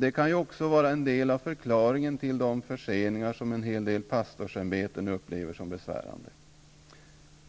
Det kan också vara en del av förklaringen till de förseningar som en hel del pastorsämbeten upplever som besvärande.